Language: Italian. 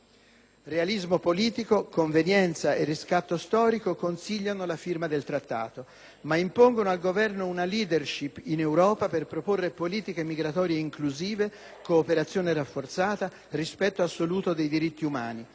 Realismo politico, convenienza e riscatto storico consigliano la firma del Trattato, ma impongono al Governo una *leadership* in Europa per proporre politiche migratorie inclusive, cooperazione rafforzata, rispetto assoluto dei diritti umani.